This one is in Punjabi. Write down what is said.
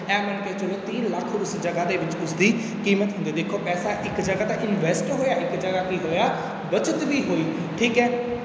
ਐਂ ਮੰਨ ਕੇ ਚੱਲੋ ਤੀਹ ਲੱਖ ਉਸ ਜਗ੍ਹਾ ਦੇ ਵਿੱਚ ਉਸਦੀ ਕੀਮਤ ਹੁੰਦੀ ਦੇਖੋ ਪੈਸਾ ਇੱਕ ਜਗ੍ਹਾ ਤਾਂ ਇਨਵੈਸਟ ਹੋਇਆ ਇੱਕ ਜਗ੍ਹਾ ਕੀ ਹੋਇਆ ਬੱਚਤ ਵੀ ਹੋਈ ਠੀਕ ਹੈ